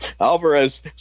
Alvarez